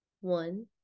One